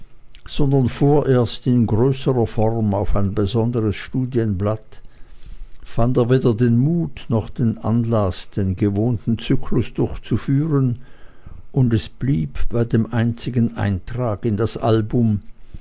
sondern vorerst in größerer form auf ein besonderes studienblatt fand er weder den mut noch den anlaß den gewohnten zyklus durchzuführen und es blieb bei dem einzigen eintrag in das album